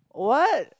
what